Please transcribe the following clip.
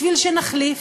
בשביל שנחליף,